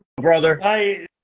brother